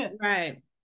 right